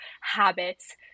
habits